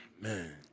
Man